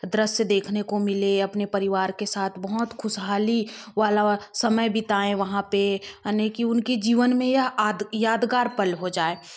दृश्य देखने को मिले अपने परिवार के साथ बहुत खुशहाली वाला समय बिताएं वहाँ पे अनेक ये उनकी जीवन में या आ यादगार पल हो जाए